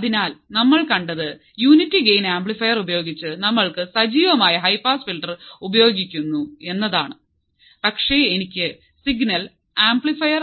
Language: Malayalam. അതിനാൽ നമ്മൾ കണ്ടത് യൂണിറ്റി ഗെയ്ൻ ആംപ്ലിഫയർ ഉപയോഗിച്ച് നമ്മൾക്ക് സജീവമായ ഹൈ പാസ് ഫിൽട്ടർ ഉപയോഗിക്കുന്നു എന്നതാണ് പക്ഷേ എനിക്ക് സിഗ്നൽ ആംപ്ലിഫയർ